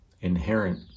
inherent